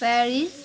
Paris